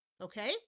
Okay